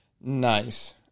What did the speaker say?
Nice